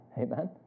Amen